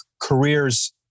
careers